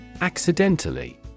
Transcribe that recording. Accidentally